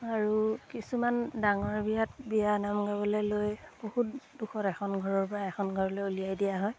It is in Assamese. আৰু কিছুমান ডাঙৰ বিয়াত বিয়ানাম গাবলৈ লৈ বহুত দুখত এখন ঘৰৰপৰা এখন ঘৰলৈ উলিয়াই দিয়া হয়